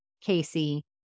Casey